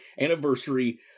anniversary